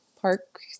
park